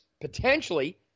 potentially